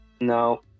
no